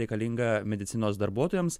reikalinga medicinos darbuotojams